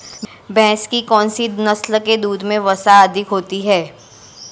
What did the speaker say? भैंस की कौनसी नस्ल के दूध में वसा अधिक होती है?